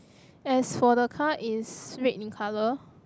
as for the car is red in colour